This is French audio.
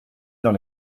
dans